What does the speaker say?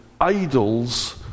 idols